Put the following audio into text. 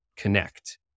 connect